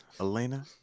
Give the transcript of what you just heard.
Elena